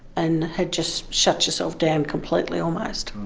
and had just shut yourself down completely almost.